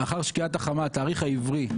לאחר שקיעת החמה, התאריך העברי.